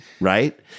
Right